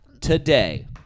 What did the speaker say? Today